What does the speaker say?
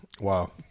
Wow